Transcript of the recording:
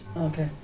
Okay